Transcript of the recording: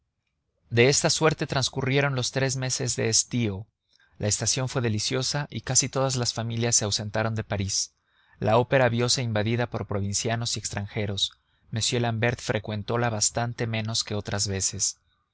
de esta suerte transcurrieron los tres meses de estío la estación fue deliciosa y casi todas las familias se ausentaron de parís la opera viose invadida por provincianos y extranjeros m l'ambert frecuentola bastante menos que otras veces